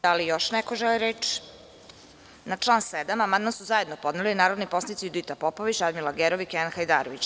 Da li još neko želi reč? (Ne.) Na član 7. amandman su zajedno podneli narodni poslanici Judita Popović, Radmila Gerov i Kenan Hajdarević.